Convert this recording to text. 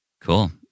cool